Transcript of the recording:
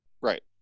right